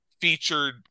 featured